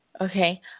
okay